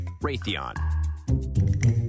Raytheon